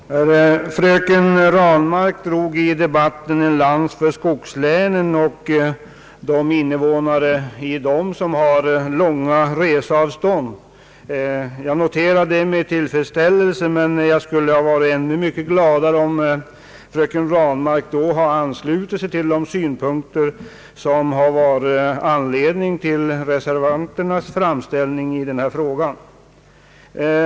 Herr talman! Fröken Ranmark drog i debatten en lans för skogslänen och de invånare i dem som har långa reseavstånd. Jag noterar detta med tillfredsställelse, men jag skulle ha varit ännu mycket gladare om fröken Ranmark hade anslutit sig till de synpunkter som reservanterna anfört i denna fråga.